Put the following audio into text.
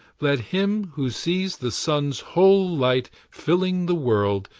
let him who sees the sun's whole light filling the world,